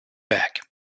back